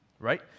right